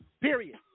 Period